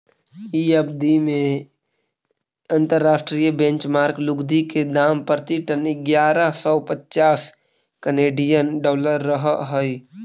इ अवधि में अंतर्राष्ट्रीय बेंचमार्क लुगदी के दाम प्रति टन इग्यारह सौ पच्चास केनेडियन डॉलर रहऽ हई